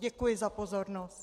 Děkuji za pozornost.